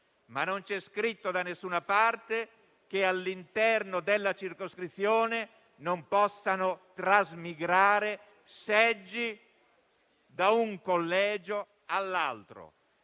ma non c'è scritto da nessuna parte che, all'interno della circoscrizione, non possano trasmigrare seggi da un collegio all'altro.